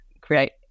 create